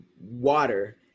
water